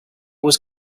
was